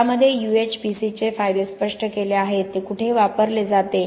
ज्यामध्ये UHPC चे फायदे स्पष्ट केले आहेत ते कुठे वापरले जाते